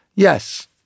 Yes